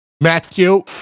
Matthew